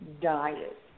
diet